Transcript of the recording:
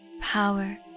power